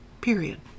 Period